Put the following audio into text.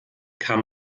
kann